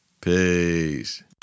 Peace